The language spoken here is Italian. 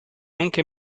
anche